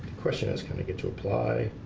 question has kind of get to apply